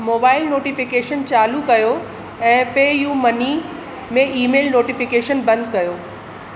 mobile notification चालू कयो ऐं पेयू मनी में ईमेल नोटिफिकेशन बंदि कयो